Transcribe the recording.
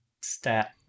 stat